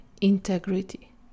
integrity